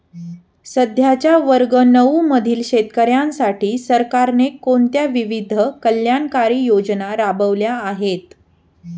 सध्याच्या वर्ग नऊ मधील शेतकऱ्यांसाठी सरकारने कोणत्या विविध कल्याणकारी योजना राबवल्या आहेत?